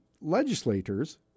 legislators